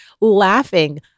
laughing